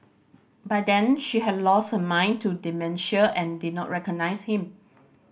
by then she had lost her mind to dementia and did not recognise him